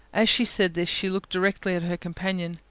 as she said this, she looked directly at her companion.